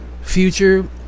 future